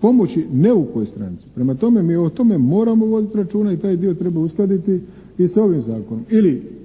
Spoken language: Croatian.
pomoći neukoj stranci. Prema tome mi o tome moramo voditi računa i taj dio treba uskladiti i sa ovim zakonom.